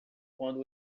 quando